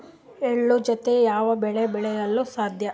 ಎಳ್ಳು ಜೂತೆ ಯಾವ ಬೆಳೆ ಬೆಳೆಯಲು ಸಾಧ್ಯ?